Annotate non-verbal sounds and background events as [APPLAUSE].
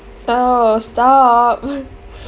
oh stop [NOISE]